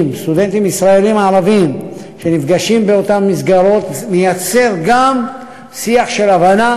לסטודנטים ישראלים ערבים שנפגשים באותן מסגרות מייצר גם שיח של הבנה.